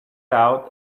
out